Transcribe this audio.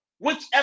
Whichever